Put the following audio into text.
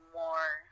more